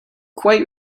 quite